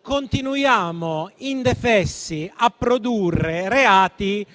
continuiamo indefessi a produrre reati